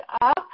up